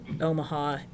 Omaha